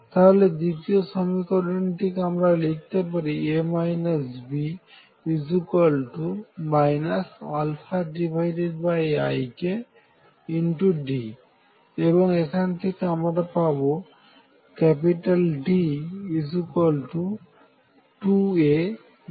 তাহলে দ্বিতীয় সমীকরণটি কে আমি লিখতে পারি A B ikD এবং এখান থেকে আমরা পাবো D2A1iαk